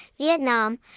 Vietnam